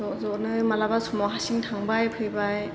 ज' ज'नो माब्लाबा समावहाय हारसिं थांबाय फैबाय